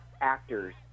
actors